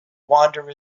wander